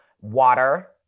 Water